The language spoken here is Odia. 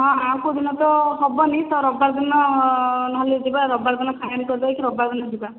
ହଁ ଆଉ କେଉଁ ଦିନ ତ ହେବନି ତ ରବିବାର ଦିନ ନହେଲେ ଯିବା ରବିବାର ଦିନ ଫାଇନାଲ୍ କରିଦେଇକି ରବିବାର ଦିନ ଯିବା